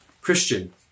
Christian